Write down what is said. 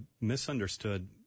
misunderstood